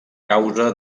causa